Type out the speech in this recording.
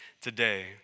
today